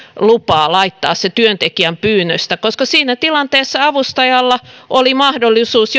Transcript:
lupaa laittaa se työntekijän pyynnöstä koska siinä tilanteessa avustajalla oli mahdollisuus